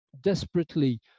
desperately